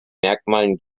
merkmalen